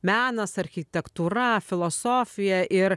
menas architektūra filosofija ir